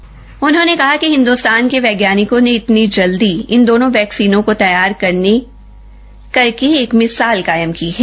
स्वास्थ्य मंत्री ने कहा कि हिंदुस्तान के वैज्ञानिकों ने इनती जल्दी इन दोनों वैक्सीनों को तैयार करके एक मिसाल कायम की है